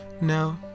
No